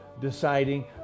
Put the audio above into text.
deciding